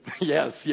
Yes